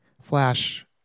Flash